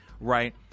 right